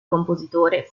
compositore